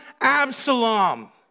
Absalom